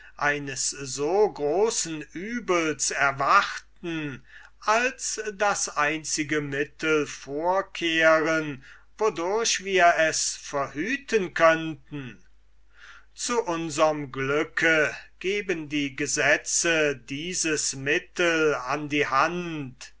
eines so großen übels erwarten als das einzige mittel vorkehren wodurch wir es verhüten könnten zu unserm glücke gehen die gesetze dieses mittel an die hand